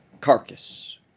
carcass